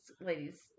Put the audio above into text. ladies